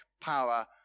power